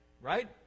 Right